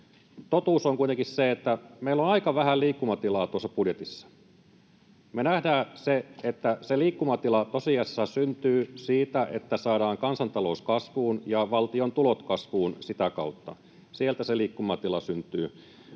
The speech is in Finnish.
Totuus on kuitenkin, että meillä on aika vähän liikkumatilaa tuossa budjetissa. Me nähdään, että se liikkumatila tosiasiassa syntyy siitä, että saadaan kansantalous kasvuun ja valtion tulot kasvuun sitä kautta. Sieltä se liikkumatila syntyy.